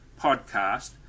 podcast